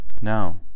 Now